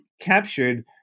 captured